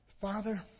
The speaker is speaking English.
Father